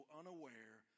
unaware